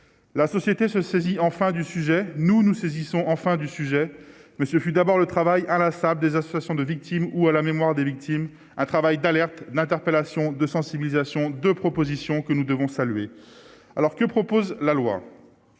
la société se saisit enfin du sujet, nous nous saisissons enfin du sujet, mais ce fut d'abord le travail inlassable des associations de victimes ou à la mémoire des victimes, un travail d'alerte l'interpellation de sensibilisation, de propositions que nous devons saluer alors que propose la loi